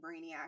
Brainiac